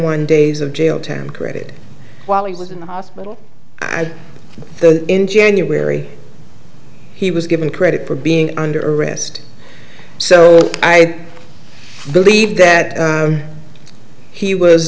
one days of jail time created while he was in the hospital i though in january he was given credit for being under arrest so i believe that he was